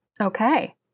okay